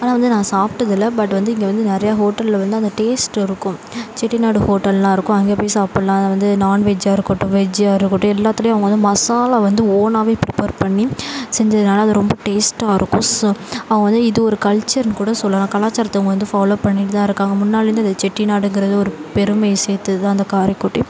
ஆனால் வந்து நான் சாப்பிட்டது இல்லை பட் வந்து இங்கே வந்து நிறையா ஹோட்டலில் வந்து அந்த டேஸ்ட் இருக்கும் செட்டிநாடு ஹோட்டலாக இருக்கும் அங்கே போயி சாப்புடல்லாம் அதை வந்து நான்வெஜ்ஜாக இருக்கட்டும் வெஜ்ஜாக இருக்கட்டும் எல்லாத்துலேயும் அவங்க வந்து மசாலா வந்து ஓனாகவே ப்ரிப்பேர் பண்ணி செஞ்சதுனால் அது ரொம்ப டேஸ்ட்டாக இருக்கும் ஸோ அவங்க வந்து இது ஒரு கல்ச்சர்னு கூட சொல்லலாம் கலாச்சாரத்தை இவங்க வந்து ஃபாலோ பண்ணிட்டு தான் இருக்காங்க முன்னாடிலருந்து அது செட்டிநாடுங்கிறது ஒரு பெருமையை சேர்த்தது தான் அந்த காரைக்குடி